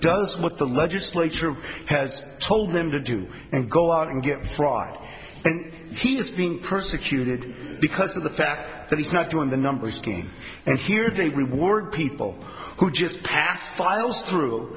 does what the legislature has told them to do and go out and get dry and he's being persecuted because of the fact that he's not doing the number of skiing and here they reward people who just passed files through